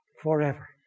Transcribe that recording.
forever